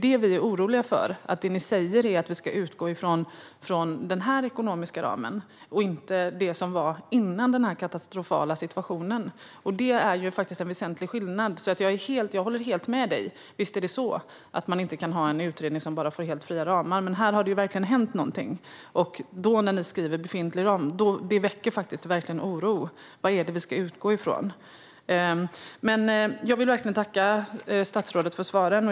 Det vi är oroliga för är när ni säger att vi ska utgå från den här ekonomiska ramen och inte det som var före den här katastrofala situationen. Det är faktiskt en väsentlig skillnad. Jag håller helt med statsrådet: Visst är det så att man inte kan ha en utredning som får helt fria ramar, men här har det verkligen hänt någonting, och när ni då talar om en befintlig ram väcker det verkligen oro. Vad är det vi ska utgå från? Jag vill verkligen tacka statsrådet för svaren.